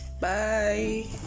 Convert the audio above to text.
Bye